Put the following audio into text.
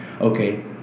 okay